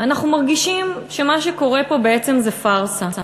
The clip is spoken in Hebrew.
אנחנו מרגישים שמה שקורה פה בעצם זה פארסה.